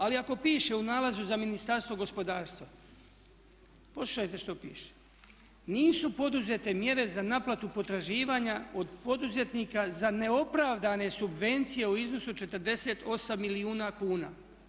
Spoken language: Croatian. Ali ako piše u nalazu za Ministarstvo gospodarstva, poslušajte što piše, nisu poduzete mjere za naplatu potraživanja od poduzetnika za neopravdane subvencije u iznosu 48 milijuna kuna.